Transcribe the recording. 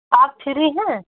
आप फ्री हैं